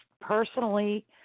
personally